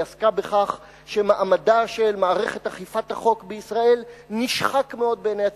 עסקה בכך שמעמדה של מערכת אכיפת החוק בישראל נשחק מאוד בעיני הציבור,